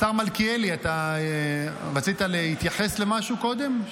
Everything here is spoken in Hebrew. השר מלכיאלי, אתה רצית להתייחס למשהו קודם?